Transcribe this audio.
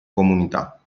comunità